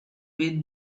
with